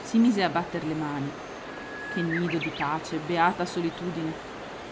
si mise a batter le mani che nido di pace beata solitudine